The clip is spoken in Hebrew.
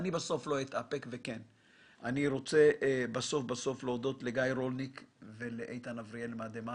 אני רוצה להודות לגיא רוניק ולאיתן אבריאל מ"דה מרקר".